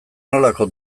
nolako